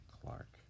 Clark